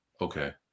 Okay